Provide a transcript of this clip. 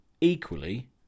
equally